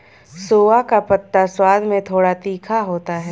सोआ का पत्ता स्वाद में थोड़ा तीखा होता है